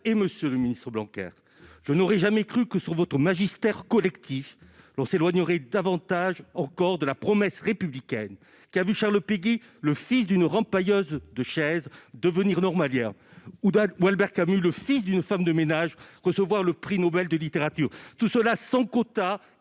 monsieur les ministres, je n'aurais jamais cru que, sous votre magistère collectif, on s'éloignerait davantage encore de la promesse républicaine qui a vu Charles Péguy, le fils d'une rempailleuse de chaises, devenir normalien, ou Albert Camus, le fils d'une femme de ménage, recevoir le prix Nobel de littérature, tout cela sans quotas